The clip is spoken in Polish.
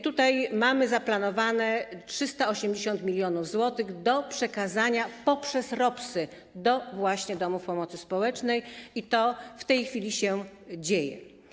Tutaj mamy zaplanowane 380 mln zł do przekazania poprzez ROPS-y do domów pomocy społecznej i to w tej chwili się dzieje.